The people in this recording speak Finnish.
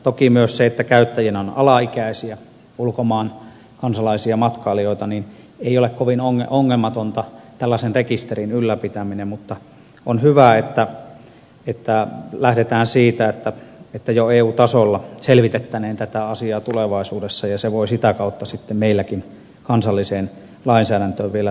toki myös siksi että käyttäjinä on alaikäisiä ulkomaan kansalaisia matkailijoita ei ole kovin ongelmatonta tällaisen rekisterin ylläpitäminen mutta on hyvä että lähdetään siitä että jo eu tasolla selvitettäneen tätä asiaa tulevaisuudessa ja se voi sitä kautta meilläkin kansalliseen lainsäädäntöön vielä tulla